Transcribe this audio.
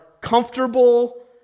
comfortable